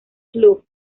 club